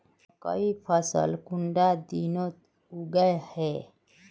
मकई फसल कुंडा दिनोत उगैहे?